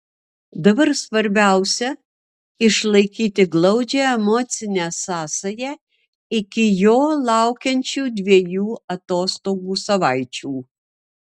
dabar svarbiausia išlaikyti glaudžią emocinę sąsają iki jo laukiančių dviejų atostogų savaičių